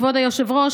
כבוד היושב-ראש,